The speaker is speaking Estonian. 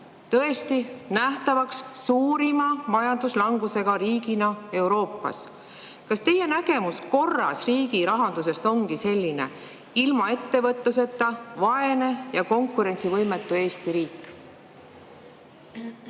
tõesti, nähtavaks suurima majanduslangusega riigina Euroopas. Kas teie nägemus korras riigirahandusest ongi selline: ilma ettevõtluseta, vaene ja konkurentsivõimetu Eesti riik?